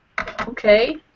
Okay